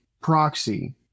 proxy